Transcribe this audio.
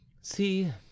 See